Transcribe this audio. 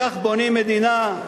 כך בונים מדינה?